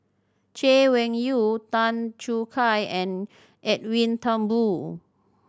Chay Weng Yew Tan Choo Kai and Edwin Thumboo